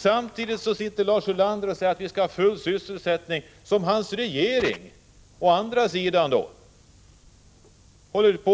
Samtidigt som Lars Ulander säger att vi skall ha full sysselsättning håller hans regering på